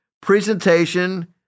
presentation